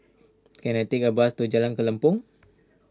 can I take a bus to Jalan Kelempong